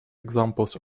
examples